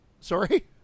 sorry